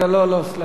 לא, לא, סליחה.